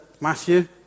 Matthew